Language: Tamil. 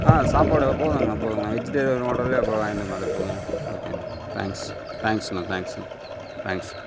ஆ சாப்பாடு போதுங்கண்ண போதுங்கண்ணா வெஜிடேரியன் ஹோட்டல்லேயே போய் வாங்கிட்டு வந்தால் போதுங்கண்ணா ஓகே அண்ணா தேங்க்ஸ் தேங்க்ஸ்ண்ணா தேங்க்ஸ்ண்ணா தேங்க்ஸ்